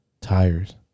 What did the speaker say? tires